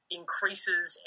increases